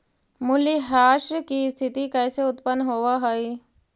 मूल्यह्रास की स्थिती कैसे उत्पन्न होवअ हई?